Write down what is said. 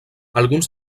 alguns